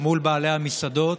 מול בעלי המסעדות